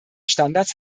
standards